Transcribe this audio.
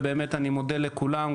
ובאמת אני מודה לכולם,